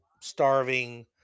Starving